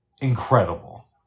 incredible